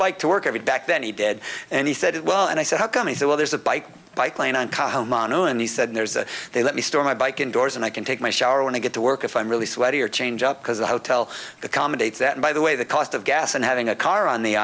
bike to work every back then he did and he said it well and i said how come he said well there's a bike by plane and common and he said there's a they let me store my bike indoors and i can take my shower when i get to work if i'm really sweaty or change up because the hotel accommodation that by the way the cost of gas and having a car on the